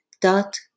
dot